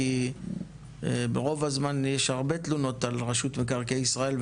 כי ברוב הזמן יש הרבה תלונות על רשות מקרקעי ישראל,